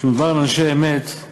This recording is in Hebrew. כשבאו אנשי אמת,